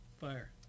fire